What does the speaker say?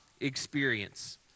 experience